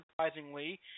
surprisingly